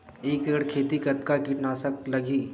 एक एकड़ खेती कतका किट नाशक लगही?